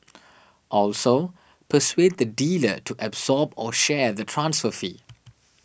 also persuade the dealer to absorb or share the transfer fee